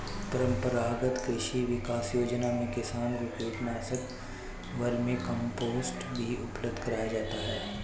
परम्परागत कृषि विकास योजना में किसान को कीटनाशक, वर्मीकम्पोस्ट भी उपलब्ध कराया जाता है